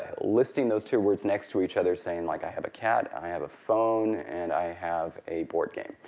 listing those two words next to each other saying like i have a cat, i have a phone, and i have a board game,